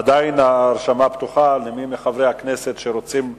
עדיין ההרשמה פתוחה למי מחברי הכנסת שרוצה להירשם.